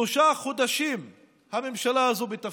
שלושה חודשים הממשלה הזאת בתפקיד,